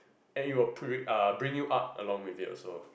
and it will put it bring you up along with it also